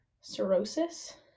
cirrhosis